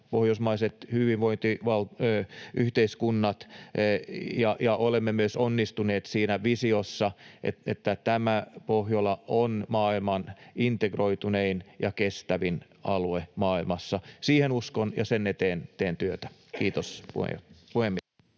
pohjoismaiset hyvinvointiyhteiskunnat ja myös onnistuneet siinä visiossa, että tämä Pohjola on maailman integroitunein ja kestävin alue maailmassa. Siihen uskon, ja sen eteen teen työtä. — Kiitos, puhemies.